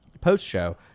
post-show